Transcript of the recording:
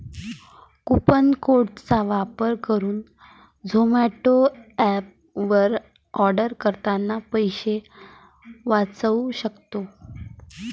coupon code चा वापर करुन झोमाटो एप वर आर्डर करतांना पैसे वाचउ सक्तो